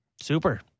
Super